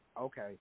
Okay